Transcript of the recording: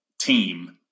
team